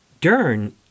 Dern